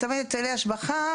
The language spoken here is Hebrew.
משלמים היטלי השבחה,